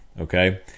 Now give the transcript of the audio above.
okay